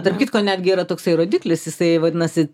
tarp kitko netgi yra toksai rodiklis jisai vadinasi